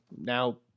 now